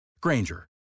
Granger